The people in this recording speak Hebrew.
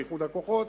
על איחוד הכוחות,